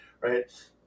right